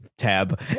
tab